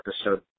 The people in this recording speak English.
episode